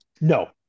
No